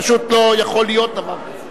פשוט לא יכול להיות דבר כזה.